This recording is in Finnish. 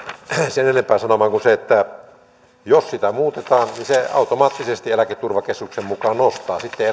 sen enempää sanomaan kuin sen että jos sitä muutetaan se automaattisesti eläketurvakeskuksen mukaan nostaa sitten